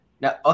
Now